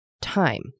time